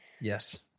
Yes